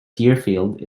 deerfield